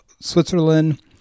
Switzerland